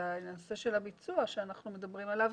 זה הנושא של הביצוע שאנחנו מדברים עליו,